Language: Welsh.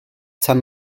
tan